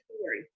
story